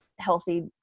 healthy